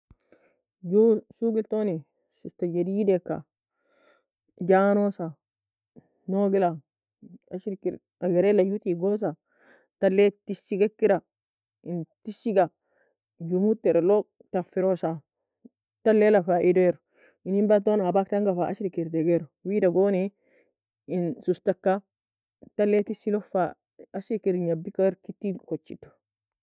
Goo سوق eltoni, سوستة جديد ganosa Nougela agr waela goo tegosa, talle tesie akera in tesie ga gommud teri log taferosa talaei la fa edir enen bata fa ashrikir degir, wida ter سوسة ka fa ashrikir necha gnbi kire